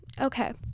Okay